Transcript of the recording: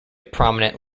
prominent